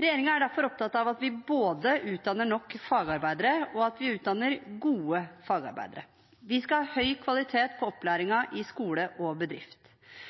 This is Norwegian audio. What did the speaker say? Regjeringen er derfor opptatt av at vi både utdanner nok fagarbeidere, og at vi utdanner gode fagarbeidere. Vi skal ha høy kvalitet på opplæringen i skole og bedrift.